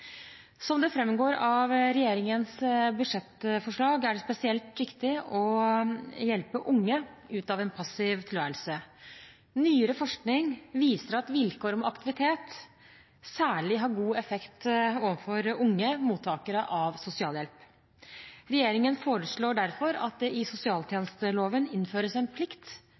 Som det framgår av regjeringens budsjettforslag, er det spesielt viktig å hjelpe unge ut av en passiv tilværelse. Nyere forskning viser at vilkår om aktivitet særlig har god effekt overfor unge mottakere av sosialhjelp. Regjeringen foreslår derfor at det i sosialtjenesteloven innføres en plikt